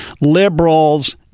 liberals